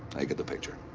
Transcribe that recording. i get the picture.